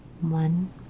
one